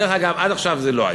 דרך אגב, עד עכשיו זה לא היה.